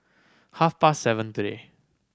half past seven today